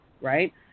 Right